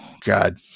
God